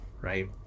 right